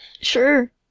Sure